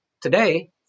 Today